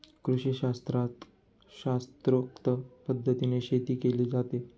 कृषीशास्त्रात शास्त्रोक्त पद्धतीने शेती केली जाते